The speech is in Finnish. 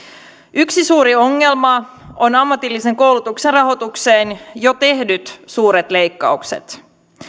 yksi suuri ongelma on ammatillisen koulutuksen rahoitukseen jo tehdyt suuret leikkaukset